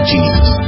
Jesus